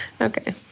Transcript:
Okay